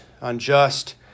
unjust